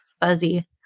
fuzzy